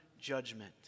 judgment